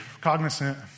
cognizant